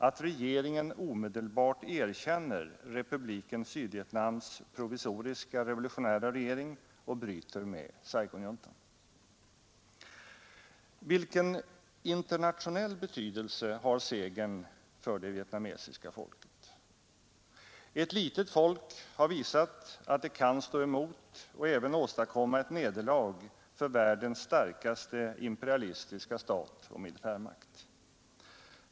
Att regeringen omedelbart erkänner Republiken Sydvietnams provisoriska revolutionära regering och bryter med Saigonjuntan. Vilken internationell betydelse har segern för det vietnamesiska folket? Ett litet folk har visat att det kan stå emot och även åstadkomma ett nederlag för världens starkaste imperialistiska stat och militärmakt.